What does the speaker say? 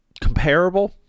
comparable